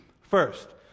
first